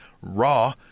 Raw